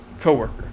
co-worker